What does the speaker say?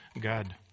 God